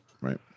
Right